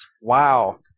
Wow